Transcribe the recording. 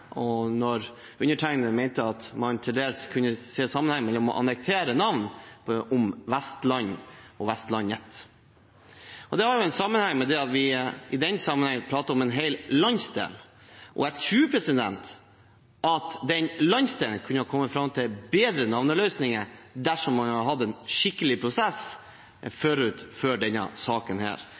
at undertegnede mente man annekterte navnet Vestland fra Vestlandet. Det har sammenheng med at vi i den sammenheng prater om en hel landsdel, og jeg tror at den landsdelen kunne kommet fram til bedre navneløsninger dersom man hadde hatt en skikkelig prosess forut for denne saken.